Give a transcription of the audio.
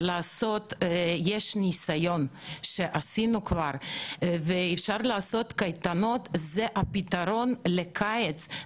יש ניסיון לעשות קייטנות, זה פתרון לקיץ.